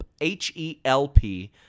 H-E-L-P